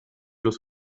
los